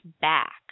back